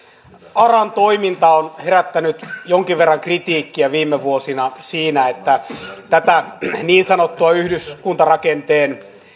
aran toiminta on herättänyt jonkin verran kritiikkiä viime vuosina siinä että tätä niin sanottua yhdyskuntarakenteen